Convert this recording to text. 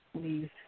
please